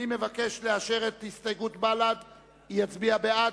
ואנחנו נצביע כהצעת הוועדה על סעיף 49 וסעיף 50. נא להצביע,